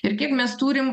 ir kiek mes turim